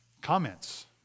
comments